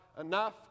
enough